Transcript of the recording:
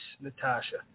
Natasha